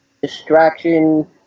distraction